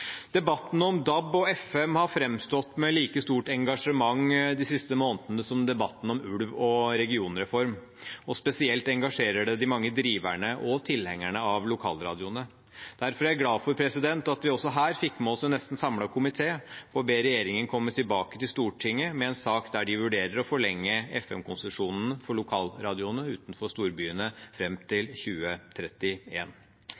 Debatten om DAB og FM har framstått med like stort engasjement de siste månedene som debatten om ulv og regionreform, og spesielt engasjerer det de mange driverne og tilhengerne av lokalradioene. Derfor er jeg glad for at vi også her fikk med oss en nesten samlet komité på å be regjeringen komme tilbake til Stortinget med en sak der de vurderer å forlenge FM-konsesjonene for lokalradioene utenfor storbyene